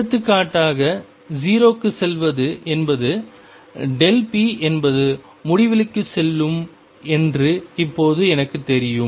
எடுத்துக்காட்டாக 0 க்குச் செல்வது என்பது p என்பது முடிவிலிக்குச் செல்லும் என்று இப்போது எனக்குத் தெரியும்